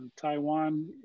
Taiwan